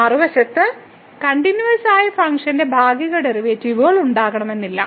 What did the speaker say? മറുവശത്ത് കണ്ടിന്യൂവസ്സായ ഫംഗ്ഷന് ഭാഗിക ഡെറിവേറ്റീവുകൾ ഉണ്ടാകണമെന്നില്ല